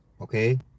Okay